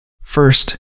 First